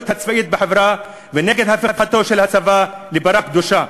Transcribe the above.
הצבאית בחברה ונגד הפיכת הצבא לפרה קדושה.